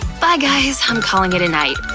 buy guys, i'm calling it a night.